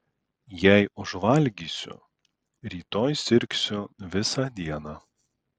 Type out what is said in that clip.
jei užvalgysiu rytoj sirgsiu visą dieną